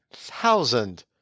thousand